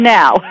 now